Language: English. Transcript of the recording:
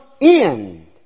end